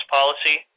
Policy